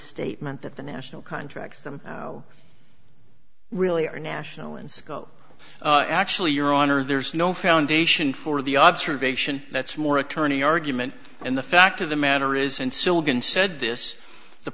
statement that the national contract them no really are national in scope actually your honor there's no foundation for the observation that's more attorney argument and the fact of the matter is in silicon said this the